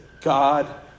God